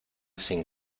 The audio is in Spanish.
sin